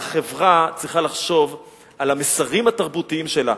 החברה צריכה לחשוב על המסרים התרבותיים שלה,